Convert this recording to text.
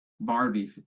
Barbie